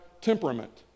temperament